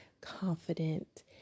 confident